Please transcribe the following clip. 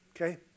Okay